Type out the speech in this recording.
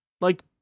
Like-